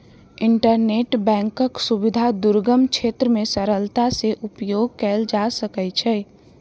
internet बैंकक सुविधा दुर्गम क्षेत्र मे सरलता सॅ उपयोग कयल जा सकै छै